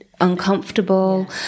uncomfortable